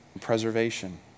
Preservation